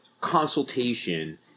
consultation